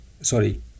sorry